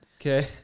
Okay